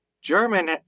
German